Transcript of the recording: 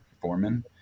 foreman